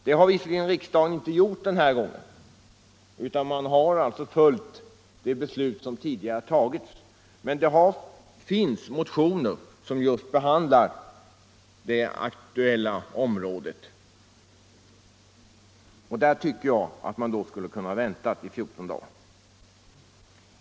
Det har riksdagen visserligen inte gjort den här gången utan man har följt det beslut som tidigare fattats, men det finns motioner som just behandlar det aktuella området. Därför tycker jag att man skulle kunnat vänta i 14 dagar.